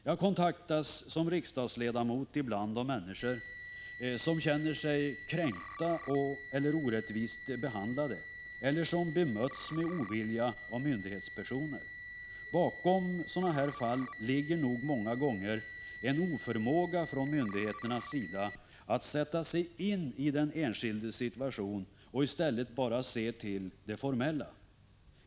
Jag kontaktas som riksdagsledamot ibland av människor som känner sig kränkta eller orättvist behandlade eller som bemötts med ovilja av myndighetspersoner. Bakom sådana här fall ligger nog många gånger en oförmåga från myndigheternas sida att sätta sig in i den enskildes situation — i stället ser de bara till det formella.